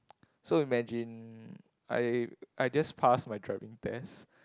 so imagine I I just pass my driving test